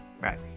Right